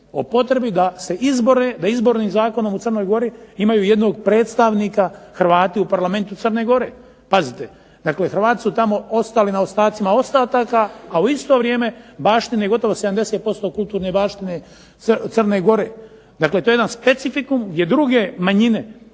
o potrebi da se izbore, da izbornim zakonom u Crnoj Gori imaju jednog predstavnika Hrvati u parlamentu Crne gore. Pazite, Hrvati su tamo ostali na ostatcima ostataka, a u isto vrijeme baštine gotovo 70% kulturne baštine Crne Gore. Dakle, to je jedan specifikum gdje druge manjine